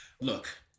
Look